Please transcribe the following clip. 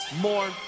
more